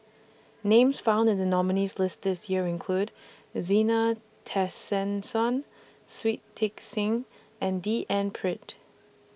Names found in The nominees' list This Year include Zena Tessensohn Shui Tit Sing and D N Pritt